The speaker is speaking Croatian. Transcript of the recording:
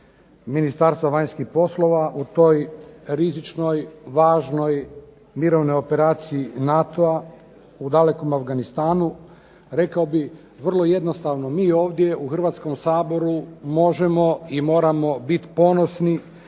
Ministarstva vanjskih poslova u toj rizičnoj, važnoj mirovnoj operaciji NATO-a u dalekom Afganistanu rekao bih vrlo jednostavno mi ovdje u Hrvatskom saboru možemo i moramo biti ponosni